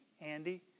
Andy